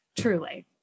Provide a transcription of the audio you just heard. truly